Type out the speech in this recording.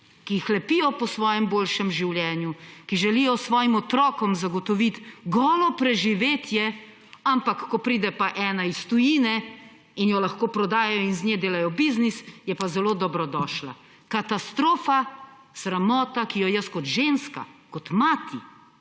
ki hlepijo po boljšem življenju, ki želijo svojim otrokom zagotoviti golo preživetje, ampak ko pride pa ena iz tujine in jo lahko prodajajo in iz nje delajo biznis, je pa zelo dobrodošla. Katastrofa, sramota, ki jo jaz kot ženska, kot mati,